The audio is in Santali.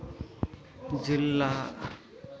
ᱡᱤᱞ ᱞᱟᱫᱽ